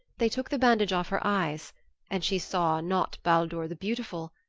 they took the bandage off her eyes and she saw, not baldur the beautiful,